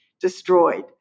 destroyed